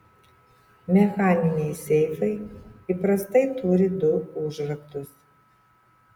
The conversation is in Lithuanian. mechaniniai seifai įprastai turi du užraktus